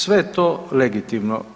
Sve je to legitimno.